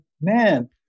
man